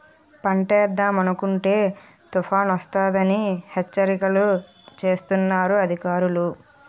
పంటేద్దామనుకుంటే తుపానొస్తదని హెచ్చరికలు సేస్తన్నారు అధికారులు